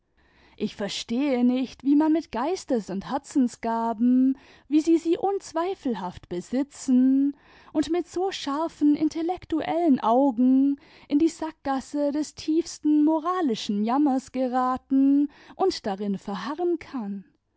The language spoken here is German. ich verstehe nicht wie man mit geistes imd herzensgaben wie sie sie unzweifelhaft besitzen und mit so scharfen intellektuellen augen in die sackgasse des tiefsten moralischen jammers geraten und darin verharren kann